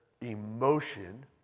emotion